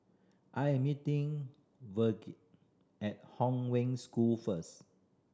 I am meeting Virge at Hong Wen School first